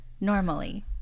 normally